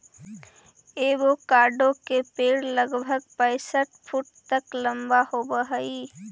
avocado के पेड़ लगभग पैंसठ फुट तक लंबा होब हई